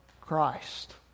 Christ